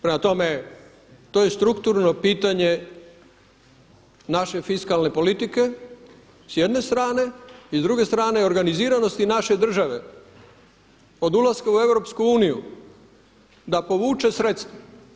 Prema tome, to je strukturno pitanje naše fiskalne politike s jedne strane i s druge strane organiziranosti naše države od ulaska u EU da povuče sredstva.